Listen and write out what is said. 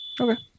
Okay